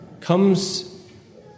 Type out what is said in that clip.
comes